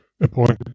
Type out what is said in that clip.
appointed